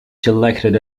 selected